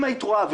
אם היית רואה,